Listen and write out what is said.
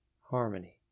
harmony